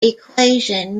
equation